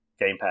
gamepad